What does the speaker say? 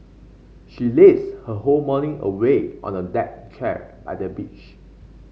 she lazed her whole morning away on the deck chair by the beach